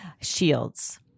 Shields